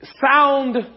sound